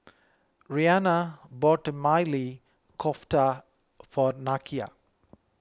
Reanna bought Maili Kofta for Nakia